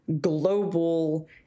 global